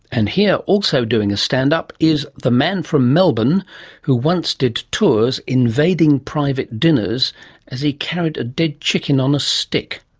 and here also doing a stand-up is the man from melbourne who once did tours invading private dinners as he carried a dead chicken on a stick,